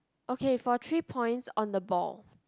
okay for three points on the ball